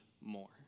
more